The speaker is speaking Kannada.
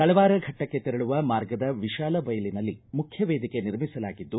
ತಳವಾರ ಫಟ್ಟಕ್ಕೆ ತೆರಳುವ ಮಾರ್ಗದ ವಿಶಾಲ ಬಯಲಿನಲ್ಲಿ ಮುಖ್ಯ ವೇದಿಕೆ ನಿರ್ಮಿಸಲಾಗಿದ್ದು